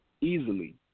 easily